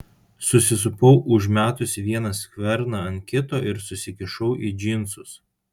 susisupau užmetusi vieną skverną ant kito ir susikišau į džinsus